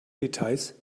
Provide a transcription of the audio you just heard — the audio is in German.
details